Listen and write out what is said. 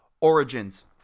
origins